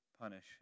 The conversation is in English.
punish